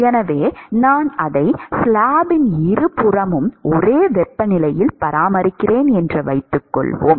எனவே நான் அதை ஸ்லாப்பின் இருபுறமும் ஒரே வெப்பநிலையில் பராமரிக்கிறேன் என்று வைத்துக்கொள்வோம்